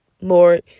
Lord